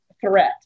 threat